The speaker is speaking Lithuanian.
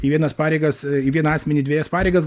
į vienas pareigas į vieną asmenį dvejas pareigas